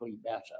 better